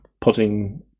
putting